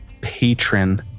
Patron